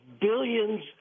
billions